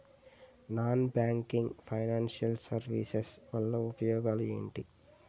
Non banking financial services వల్ల ఉపయోగాలు ఎంటి?